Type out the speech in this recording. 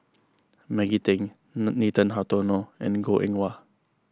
Maggie Teng Nathan Hartono and Goh Eng Wah